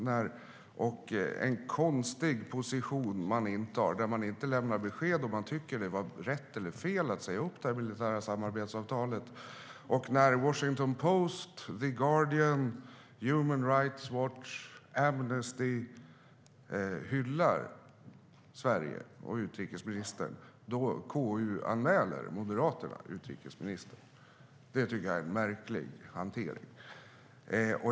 Det är en konstig position man intar när man inte lämnar besked om huruvida man tycker att det var rätt eller fel att säga upp samarbetsavtalet. När Washington Post, The Guardian, Human Rights Watch och Amnesty hyllar Sverige och utrikesministern KU-anmäler Moderaterna utrikesministern. Det tycker jag är en märklig hantering.